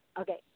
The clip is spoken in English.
Okay